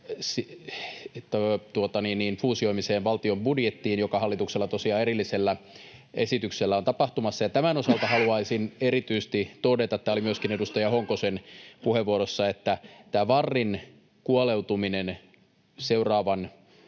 Lohikosken välihuuto] joka hallituksella tosiaan erillisellä esityksellä on tapahtumassa. Tämän osalta haluaisin erityisesti todeta — tämä oli myöskin edustaja Honkosen puheenvuorossa — että tämä VARin kuoleutuminen seuraavan